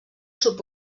sud